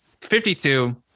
52